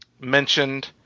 mentioned